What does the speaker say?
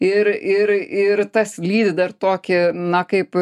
ir ir ir tas lydi dar tokį na kaip